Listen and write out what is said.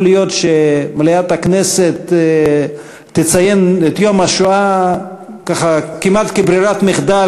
להיות שמליאת הכנסת תציין את יום השואה ככה כמעט כברירת מחדל,